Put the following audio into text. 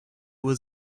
was